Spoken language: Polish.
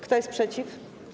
Kto jest przeciw?